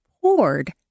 poured